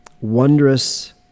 wondrous